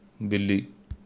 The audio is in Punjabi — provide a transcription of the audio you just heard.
ਬਿੱਲੀ